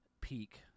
peak